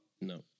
No